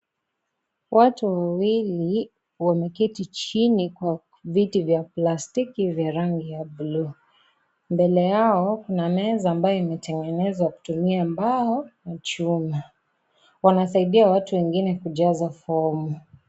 Watu wawili wameketi chini kwa viti vya plastiki vya rangi ya bluu , mbele yao kuna meza ambayo imetengenezwa kutumia mbao na chuma. Wanasaidia watu wengine kujaza fomu.